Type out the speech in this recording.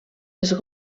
les